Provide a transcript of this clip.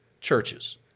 churches